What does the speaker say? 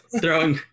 Throwing